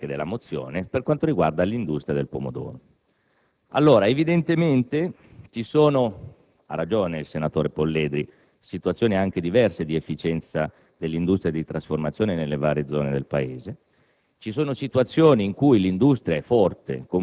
in particolare, veniamo al dunque della mozione, per quanto riguarda l'industria del pomodoro. Evidentemente ci sono - ha ragione il senatore Polledri - situazioni anche diverse di efficienza dell'industria di trasformazione nelle varie zone del Paese.